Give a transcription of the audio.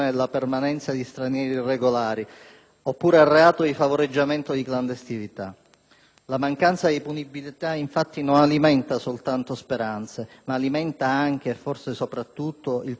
La mancanza di punibilità, infatti, non alimenta soltanto speranze, ma anche e forse soprattutto il proliferare di affari lucrosi di quanti vivono e speculano sulla disperazione altrui.